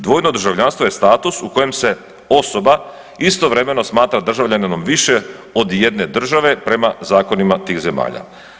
Dvojno državljanstvo je status u kojem se osoba istovremeno smatra državljaninom više od jedne države prema zakonima tih zemalja.